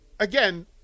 Again